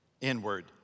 Inward